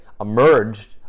emerged